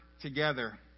together